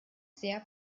sehr